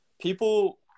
people